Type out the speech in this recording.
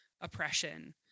oppression